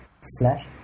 slash